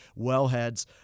wellheads